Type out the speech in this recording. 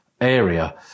area